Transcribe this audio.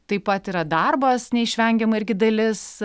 taip pat yra darbas neišvengiama irgi dalis